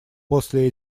после